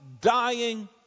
dying